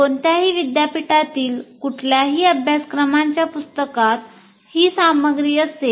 कोणत्याही विद्यापीठातील कुठल्याही अभ्यासक्रमाच्या पुस्तकात ही सामग्री असेल